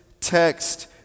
text